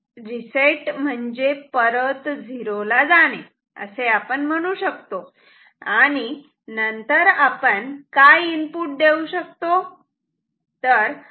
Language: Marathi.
रीसेट म्हणजे परत झिरो ला जाणे असे आपण म्हणू शकतो आणि नंतर आपण काय इनपुट देऊ शकतो